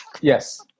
Yes